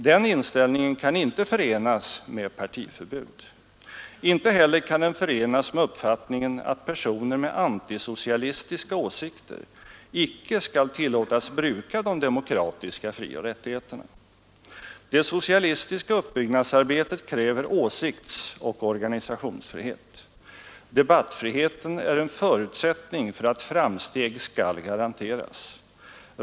Den inställningen kan inte förenas med partiförbud. Inte heller kan den förenas med uppfattningen att personer med antisocialistiska åsikter icke skall tillåtas bruka de demokratiska frioch rättigheterna. Det socialistiska uppbyggnadsarbetet kräver åsiktsoch organisationsfrihet. Debattfriheten är en förutsättning för att framsteg skall garanteras.